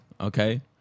okay